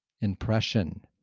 impression